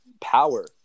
power